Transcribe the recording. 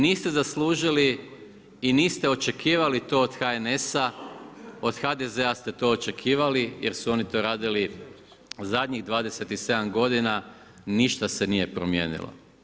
Niste zaslužili i niste očekivali to od HNS-a, od HDZ-a ste to očekivali jer su oni to radili zadnjih 27 godina, ništa se nije promijenilo.